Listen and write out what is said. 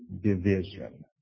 division